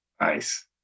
Nice